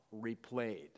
replayed